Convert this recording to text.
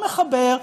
המחבר,